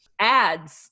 ads